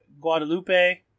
Guadalupe